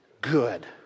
good